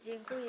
Dziękuję.